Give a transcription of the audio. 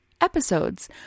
episodes